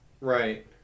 Right